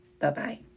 Bye-bye